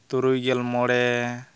ᱛᱩᱨᱩᱭᱜᱮᱞ ᱢᱚᱬᱮ